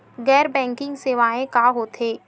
गैर बैंकिंग सेवाएं का होथे?